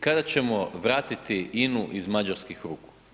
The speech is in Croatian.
Kada ćemo vratiti INA-u iz mađarskih ruku?